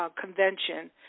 Convention